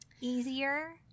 easier